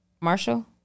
Marshall